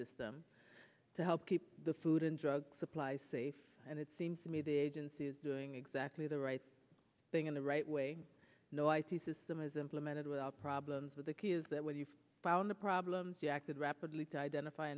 system to help keep the food and drug supply safe and it seems to me the agency is doing exactly the right thing in the right way no i think system is implemented without problems with the key is that what you've found the problems you acted rapidly to identify